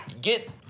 get